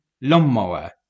lawnmower